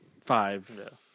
five